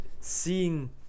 seeing